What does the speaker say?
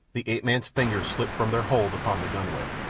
the ape-man's fingers slipped from their hold upon the gunwale.